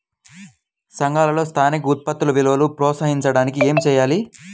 సంఘాలలో స్థానిక ఉత్పత్తుల విలువను ప్రోత్సహించడానికి ఏమి చేయాలి?